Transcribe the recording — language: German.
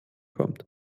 kommt